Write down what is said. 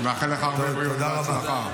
מאחל לך הרבה בריאות והצלחה.